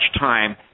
time